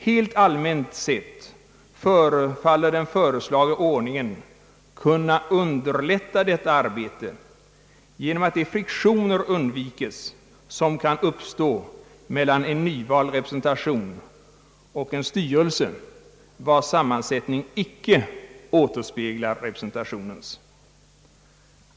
Helt allmänt sett förefaller den föreslagna ordningen kunna underlätta detta arbete genom att de friktioner undvikes som kan uppstå mellan en nyvald representation och en styrelse, vars sammansättning icke återspeglar representationens.